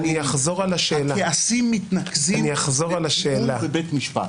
הכעסים מתנקזים לטיעון בבית משפט.